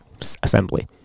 assembly